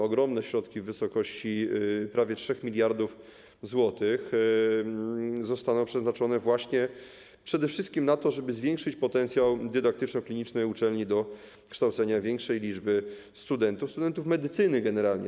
Ogromne środki w wysokości prawie 3 mld zł zostaną przeznaczone przede wszystkim na to, żeby zwiększyć potencjał dydaktyczno-kliniczny uczelni do kształcenia większej liczby studentów, studentów medycyny generalnie.